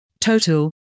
total